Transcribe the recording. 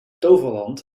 toverland